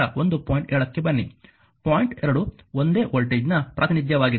7ಕ್ಕೆ ಬನ್ನಿ ಪಾಯಿಂಟ್ 2 ಒಂದೇ ವೋಲ್ಟೇಜ್ನ ಪ್ರಾತಿನಿಧ್ಯವಾಗಿದೆ